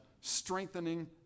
strengthening